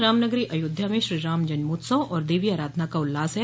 रामनगरी अयोध्या में श्रीराम जन्मोत्सव और देवी आराधना का उल्लास है